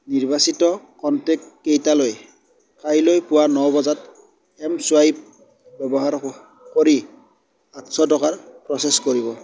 নিৰ্বাচিত কনটেক্ট কেইটালৈ কাইলৈ পুৱা ন বজাত এম চুৱাইপ ব্যৱহাৰ কৰি আঠছ' টকাৰ প্ৰ'চেছ কৰিব